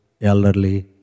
elderly